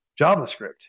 JavaScript